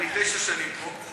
אני תשע שנים פה,